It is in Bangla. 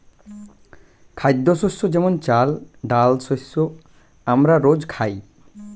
খাদ্যশস্য যেমন চাল, ডাল শস্য আমরা রোজ খাই